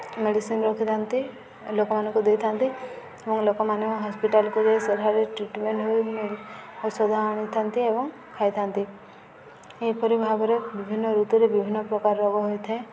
medicine ରଖିଥାନ୍ତି ଲୋକମାନଙ୍କୁ ଦେଇଥାନ୍ତି ଏବଂ ଲୋକମାନେ ହସ୍ପିଟାଲ୍କୁ ଯାଇ ସେଠାରେ ଟ୍ରିଟ୍ମେଣ୍ଟ୍ ହୋଇ ଔଷଧ ଆଣିଥାନ୍ତି ଏବଂ ଖାଇଥାନ୍ତି ଏହିପରି ଭାବରେ ବିଭିନ୍ନ ଋତୁରେ ବିଭିନ୍ନପ୍ରକାର ରୋଗ ହୋଇଥାଏ